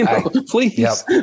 Please